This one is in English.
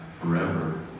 forever